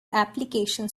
application